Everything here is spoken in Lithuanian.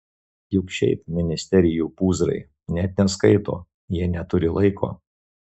juk šiaip ministerijų pūzrai net neskaito jie neturi laiko